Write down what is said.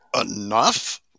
enough